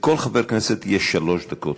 לכל חבר כנסת יש שלוש דקות.